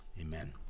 Amen